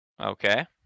Okay